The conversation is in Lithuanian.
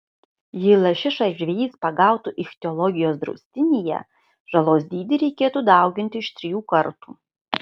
jei lašišą žvejys pagautų ichtiologijos draustinyje žalos dydį reikėtų dauginti iš trijų kartų